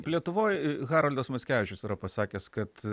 lietuvoj haroldas mackevičius yra pasakęs kad